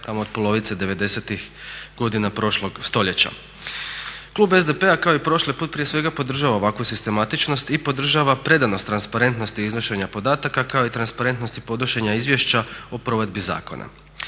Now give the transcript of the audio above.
tamo od polovice devedesetih godina prošlog stoljeća. Klub SDP-a kao i prošle prije svega podržava ovakvu sistematičnost i podržava predanost transparentnosti iznošenja podataka kao i transparentnosti podnošenja izvješća o provedbi zakona.